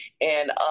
and-